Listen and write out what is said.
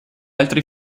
altri